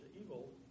evil